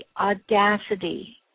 audacity